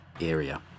area